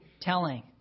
telling